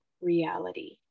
reality